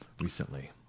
recently